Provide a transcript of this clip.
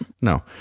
No